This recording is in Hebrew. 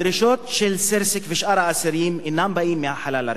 הדרישות של סרסק ושאר האסירים אינן באות מהחלל הריק.